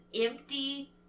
empty